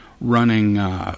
running